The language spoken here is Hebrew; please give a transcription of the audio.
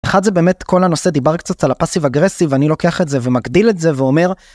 אחד זה באמת כל הנושא דיבר קצת על הפאסיב אגרסיב ואני לוקח את זה ומגדיל את זה ואומר.